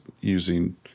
using